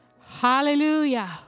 Hallelujah